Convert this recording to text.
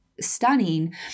stunning